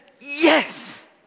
Yes